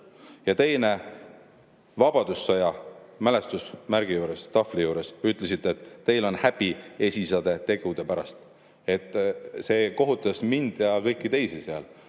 ja teine – vabadussõja mälestusmärgi juures, tahvli juures ütlesite –, et teil on häbi esiisade tegude pärast. See kohutas mind ja kõiki teisi seal.